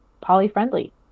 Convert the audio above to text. poly-friendly